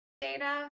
data